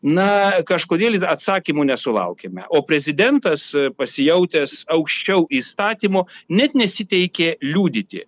na kažkodėl atsakymų nesulaukėme o prezidentas pasijautęs aukščiau įstatymų net nesiteikė liudyti